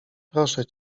proszę